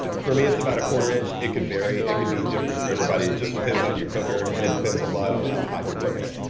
for me, it's about a quarter-inch. it could vary. it could be different for everybody. it just depends on your cooker, and it depends a lot on how how you're cookin' it.